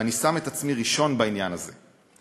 ואני שם את עצמי ראשון בעניין זה,